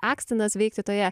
akstinas veikti toje